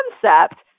concept